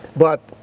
but,